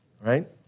Right